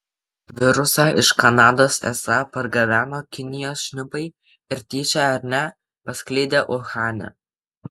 virusą iš kanados esą pargabeno kinijos šnipai ir tyčia ar ne paskleidė uhane